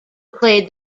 played